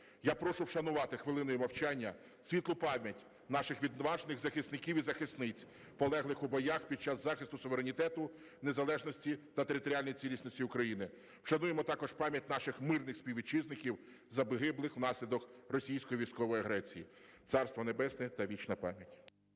Я прошу вшанувати хвилиною мовчання світлу пам'ять наших відважних захисників і захисниць, полеглих у боях під час захисту суверенітету, незалежності та територіальної цілісності України. Вшануємо також пам'ять наших мирних співвітчизників, загиблих внаслідок російської військової агресії. Царство Небесне та вічна пам'ять!